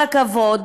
כל הכבוד.